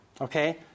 Okay